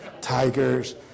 tigers